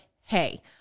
Hey